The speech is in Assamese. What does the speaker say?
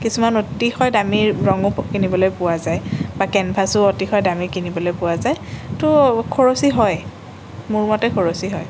কিছুমান অতিশয় দামী ৰঙো কিনিবলৈ পোৱা যায় বা কেনভাচো অতিশয় দামি কিনিবলৈ পোৱা যায় তো খৰচী হয় মোৰ মতে খৰচী হয়